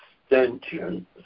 extension